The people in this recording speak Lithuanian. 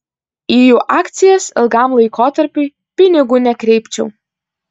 į jų akcijas ilgam laikotarpiui pinigų nekreipčiau